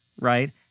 right